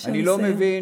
אני לא מבין,